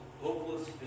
hopeless